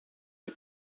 les